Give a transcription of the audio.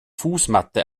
fußmatte